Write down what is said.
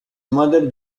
mother